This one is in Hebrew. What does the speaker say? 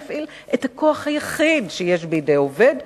ואז הוא מפעיל את הכוח היחיד שיש בידי עובד,